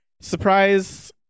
Surprise